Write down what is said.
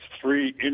three